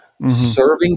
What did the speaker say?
Serving